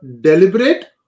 deliberate